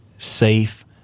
safe